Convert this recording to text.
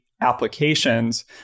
applications